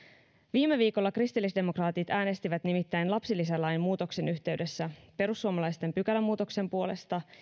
viime viikolla kristillisdemokraatit äänestivät nimittäin lapsilisälain muutoksen yhteydessä perussuomalaisten pykälämuutoksen puolesta